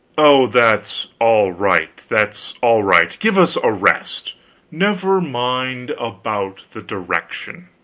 oh, that's all right, that's all right, give us a rest never mind about the direction,